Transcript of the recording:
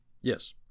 Yes